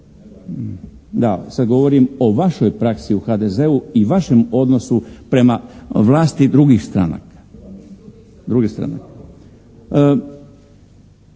Da, sad govorim o vašoj praksi u HDZ-u i vašem odnosu prema vlasti drugih stranaka.